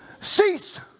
Cease